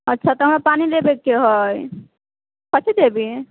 अच्छा तऽ हमरा पानि लेबयके हइ कैसे देबही